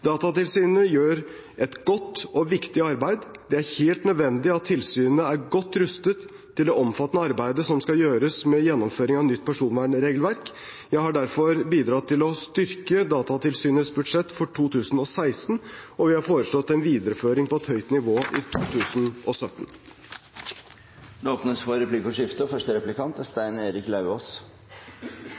Datatilsynet er en viktig aktør i dette arbeidet. Datatilsynet gjør et godt og viktig arbeid. Det er helt nødvendig at tilsynet er godt rustet til det omfattende arbeidet som skal gjøres med gjennomføringen av nytt personvernregelverk. Jeg har derfor bidratt til å styrke Datatilsynets budsjett for 2016, og vi har foreslått en videreføring på et høyt nivå i 2017. Det blir replikkordskifte. Jeg takker for